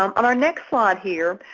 um on our next slide here,